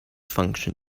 function